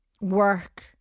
work